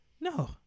No